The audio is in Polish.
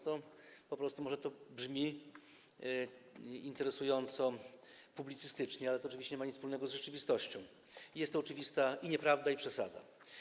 To po prostu może brzmi interesująco publicystycznie, ale oczywiście nie ma to nic wspólnego z rzeczywistością i jest to oczywista i nieprawda, i przesada.